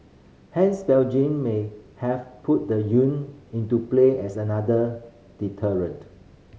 hence Beijing may have put the yuan into play as another deterrent